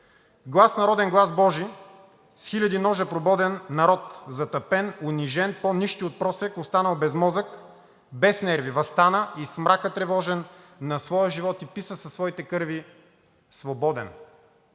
„Глас народен: Глас божи С хиляди ножа прободен народ – затъпен унижен по-нищ и от просяк, останал без мозък без нерви – въстана из мрака тревожен на своя живот – и писа със своите кърви: